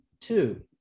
Two